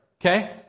Okay